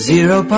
Zero